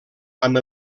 amb